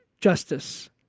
justice